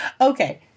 Okay